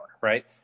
right